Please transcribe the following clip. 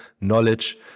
knowledge